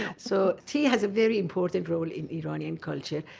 yeah so, tea has a very important role in iranian culture.